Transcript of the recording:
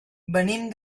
venim